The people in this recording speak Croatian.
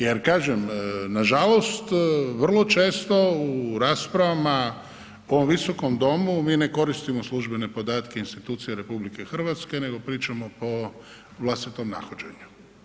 Jer kažem nažalost vrlo često u raspravama u ovom Visokom domu mi ne koristimo službene podatke institucija RH nego pričamo po vlastitom nahođenju.